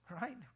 right